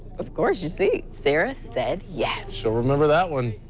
of course, you see sarah said yes. she'll remember that one.